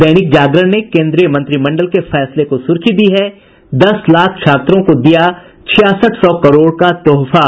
दैनिक जागरण ने केन्द्रीय मंत्रिमंडल के फैसले को सुर्खी दी है दस लाख छात्रों को दिया छियासठ सौ करोड़ का तोहफा